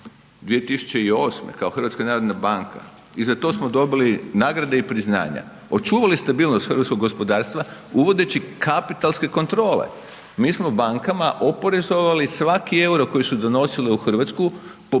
2008. kao Hrvatska narodna banka i za to smo dobili nagrade i priznanja očuvali stabilnost hrvatskog gospodarstva uvodeći kapitalske kontrole. Mi smo bankama oporezovali svaki euro koji su donosile u Hrvatsku sa